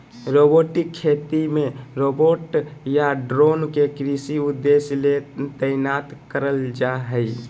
robotic खेती मे robot या ड्रोन के कृषि उद्देश्य ले तैनात करल जा हई